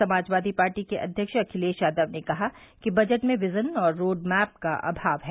Samajwadi party के अध्यक्ष अखिलेश यादव ने कहा कि बजट में विजन और रोडमैप का अभाव है